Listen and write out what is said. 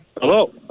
Hello